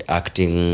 acting